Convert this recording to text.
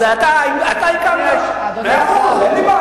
אז אתה הקמת, אדוני השר, מאה אחוז, אין לי בעיה.